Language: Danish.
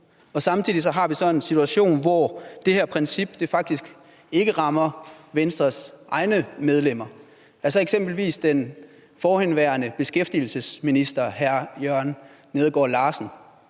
samtidig har vi så en situation, hvor det her princip faktisk ikke rammer Venstres egne medlemmer, altså eksempelvis den forhenværende beskæftigelsesminister, hr. Jørgen Neergaard Larsen